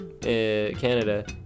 Canada